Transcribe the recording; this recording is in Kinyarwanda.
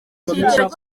cyiciro